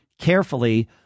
carefully